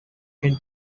can